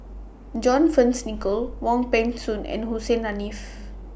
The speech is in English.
John Fearns Nicoll Wong Peng Soon and Hussein Haniff